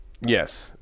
Yes